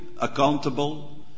accountable